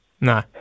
No